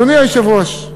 אדוני היושב-ראש,